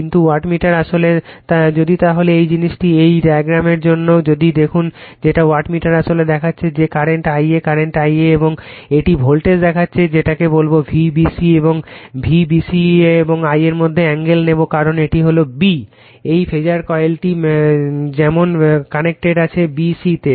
কিন্তু ওয়াটমিটার আসলে যদি তাহলে এই জিনিসটি এই ডায়াগ্রামের জন্য যদি দেখুন যেটা ওয়াটমিটার আসলে দেখছে যে কারেন্ট Ia কারেন্ট Ia এবং এটি ভোল্টেজ দেখছে যেটাকে বলবো V bc এবং এটি V bc এবং Ia এর মধ্যের অ্যাঙ্গেল নেবে কারণ এটি হল b এই ফেজার কয়েলটি যেমন কানেক্টেড আছে b c তে